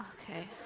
Okay